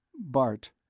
bart.